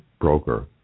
broker